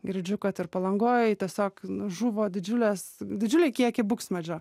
girdžiu kad ir palangoj tiesiog žuvo didžiulės didžiuliai kiekiai buksmedžio